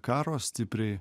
karo stipriai